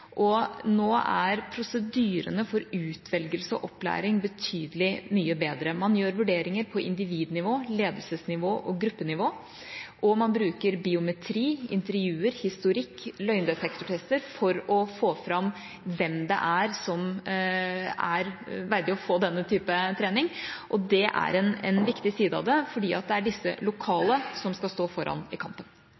og nå er prosedyrene for utvelgelse og opplæring betydelig mye bedre. Man gjør vurderinger på individnivå, ledelsesnivå og gruppenivå. Man bruker biometri, intervjuer, historikk og løgndetektortester for å få fram hvem som er verdig å få denne type trening. Det er en viktig side av det, for det er disse